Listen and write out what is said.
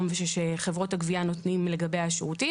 ושחברות הגבייה נותנות לגביה שירותים,